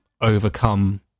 overcome